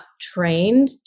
trained